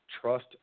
trust